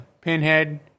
Pinhead